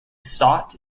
sought